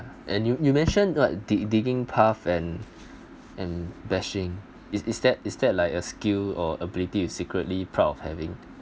and you you mention like dig digging path and bashing is is that is that like a skill or ability you secretly proud of having